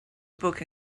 book